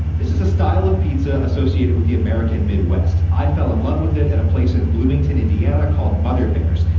this is a style of pizza associated with the american midwest. i fell in love with it at a place in bloomington, indiana, called mother bear's.